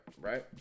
right